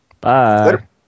bye